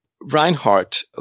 Reinhardt